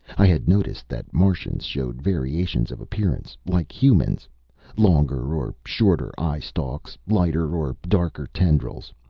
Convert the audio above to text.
i had noticed that martians showed variations of appearance, like humans longer or shorter eye-stalks, lighter or darker tendrils.